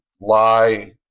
lie